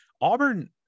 Auburn